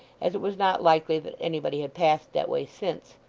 as it was not likely that anybody had passed that way since,